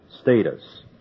status